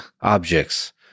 objects